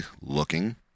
looking